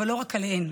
אבל לא רק עליהן.